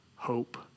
Hope